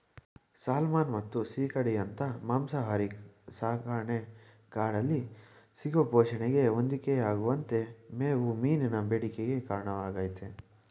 salmon ಮತ್ತು ಸೀಗಡಿಯಂತ ಮಾಂಸಾಹಾರಿ ಸಾಕಣೆ ಕಾಡಲ್ಲಿ ಸಿಗುವ ಪೋಷಣೆಗೆ ಹೊಂದಿಕೆಯಾಗುವಂತೆ ಮೇವು ಮೀನಿನ ಬೇಡಿಕೆಗೆ ಕಾರಣವಾಗ್ತದೆ